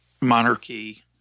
monarchy